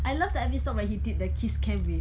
I love the episode where he did the kiss cam with